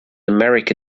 america